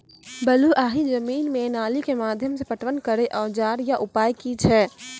बलूआही जमीन मे नाली के माध्यम से पटवन करै औजार या उपाय की छै?